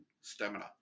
stamina